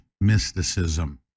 mysticism